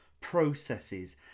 processes